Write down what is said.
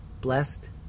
blessed